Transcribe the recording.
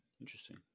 Interesting